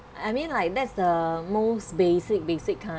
I mean like that's the most basic basic kind